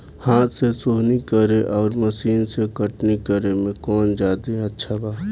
हाथ से सोहनी करे आउर मशीन से कटनी करे मे कौन जादे अच्छा बा?